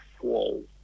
whoa